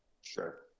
Sure